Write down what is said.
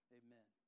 amen